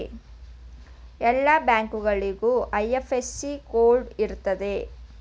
ಎಲ್ಲ ಬ್ಯಾಂಕ್ಗಳಿಗೂ IFSC code ಇರ್ತದೆ